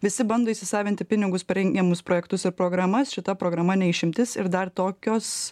visi bando įsisavinti pinigus per rengiamus projektus ir programas šita programa ne išimtis ir dar tokios